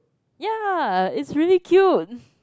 ya it's really cute